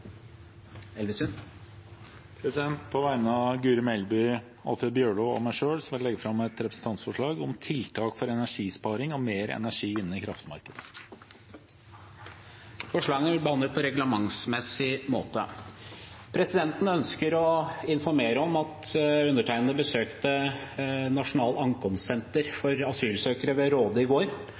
På vegne av Guri Melby, Alfred Jens Bjørlo og meg selv vil jeg legge fram et representantforslag om tiltak for energisparing og mer energi inn i kraftmarkedene. Forslagene vil bli behandlet på reglementsmessig måte. Presidenten ønsker å informere om at jeg besøkte Nasjonalt ankomstsenter for asylsøkere ved Råde i går.